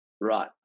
Right